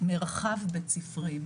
מרחב בית-ספרי,